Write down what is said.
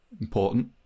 Important